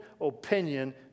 opinion